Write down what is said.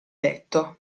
letto